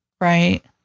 Right